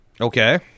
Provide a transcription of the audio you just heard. Okay